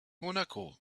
monaco